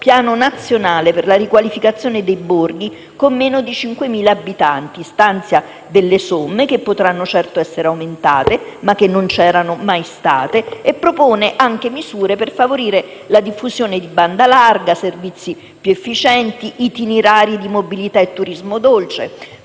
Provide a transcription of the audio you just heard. Piano nazionale per la riqualificazione dei borghi con meno di 5.000 abitanti. Stanzia delle somme, che potranno certo essere aumentate, ma che non sono mai state stanziate prima, e propone anche misure per favorire la diffusione di banda larga, servizi più efficienti, itinerari di mobilità e turismo dolce.